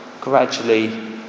gradually